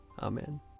Amen